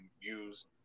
use